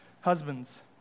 Husbands